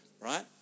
right